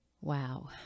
Wow